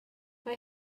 mae